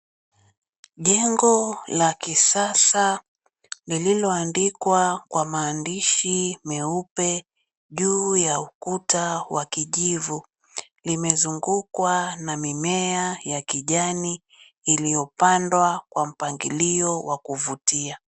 Jengo la kisasa lililoandikwa kwa maandishi meupe juu ya ukuta wa kijivu, limezungukwa na mimea ya kijani iliyopandwa kwa mpangilio wa kuvutia.